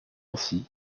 ainsi